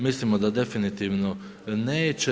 Mislimo da definitivno neće.